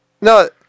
no